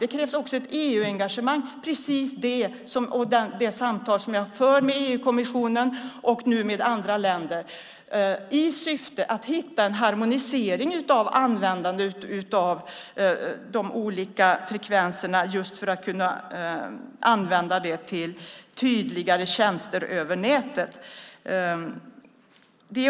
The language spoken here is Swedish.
Det krävs också ett EU-engagemang, precis i linje med de samtal som jag för med EU-kommissionen och nu med andra länder i syfte att hitta en harmonisering av användandet av de olika frekvenserna, just för att kunna använda dem till tydligare tjänster över nätet.